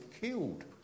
killed